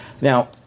Now